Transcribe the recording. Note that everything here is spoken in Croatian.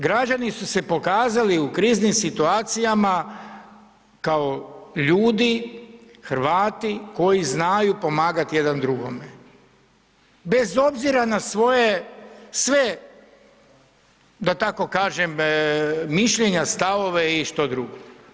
Građani su se pokazali u kriznim situacijama kao ljudi, Hrvati koji znaju pomagati jedan drugome, bez obzira na svoje sve, da tako kažem, mišljenja, stavove i što drugo.